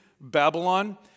Babylon